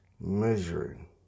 measuring